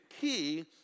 key